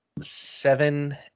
Seven